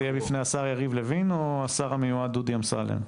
זה יהיה בפני השר יריב לוין או השר המיועד דודי אמסלם?